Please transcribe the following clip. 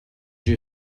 you